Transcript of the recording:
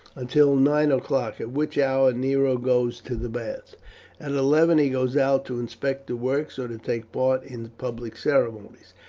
until nine o'clock, at which hour nero goes to the baths. at eleven he goes out to inspect the works or to take part in public ceremonies.